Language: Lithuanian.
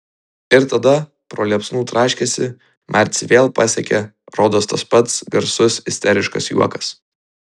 ir tada pro liepsnų traškesį marcį vėl pasiekė rodos tas pats garsus isteriškas juokas